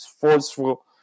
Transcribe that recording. forceful